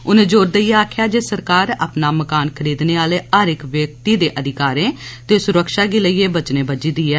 उने जोर देइयै आखेआ जे सरकार अपना मकान खरीदने आह्ले हर इक व्यक्ति दे अधिकारें ते सुरक्षा गी लेइयै वचनें बज्झी दी ऐ